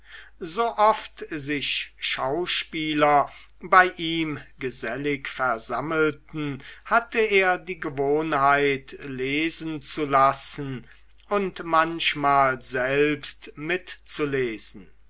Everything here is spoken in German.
sooft sich schauspieler bei ihm gesellig versammelten hatte er die gewohnheit lesen zu lassen und manchmal selbst mitzulesen